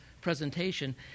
presentation